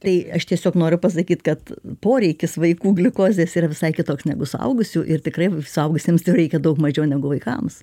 tai aš tiesiog noriu pasakyt kad poreikis vaikų gliukozės yra visai kitoks negu suaugusių ir tikrai suaugusiems jo reikia daug mažiau negu vaikams